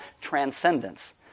transcendence